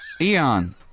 Eon